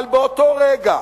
אבל באותו רגע